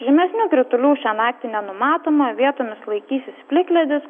žymesnių kritulių šią naktį nenumatoma vietomis laikysis plikledis